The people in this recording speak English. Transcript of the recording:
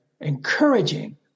encouraging